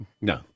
No